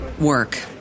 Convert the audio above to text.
work